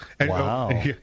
Wow